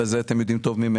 אבל את זה אתם יודעים טוב ממני.